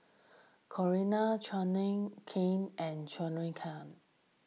Coriander Chutney Kheer and Jingisukan